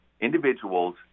individuals